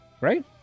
Right